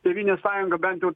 tėvynės sąjunga bent jau